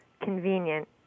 convenient